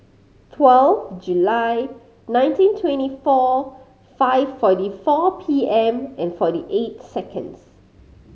twelve July nineteen twenty four five forty four P M and forty eight seconds